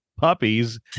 puppies